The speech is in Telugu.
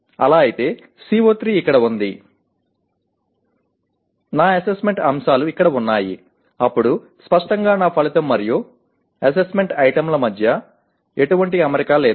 అలా అయితే CO3 ఇక్కడ ఉంది నా అసెస్మెంట్ అంశాలు ఇక్కడ ఉన్నాయి అప్పుడు స్పష్టంగా నా ఫలితం మరియు అసెస్మెంట్ ఐటమ్ల మధ్య ఎటువంటి అమరిక లేదు